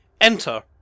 Enter